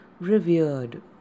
revered